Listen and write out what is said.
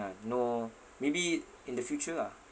ah no maybe in the future ah